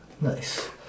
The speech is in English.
Nice